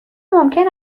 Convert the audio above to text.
ممکن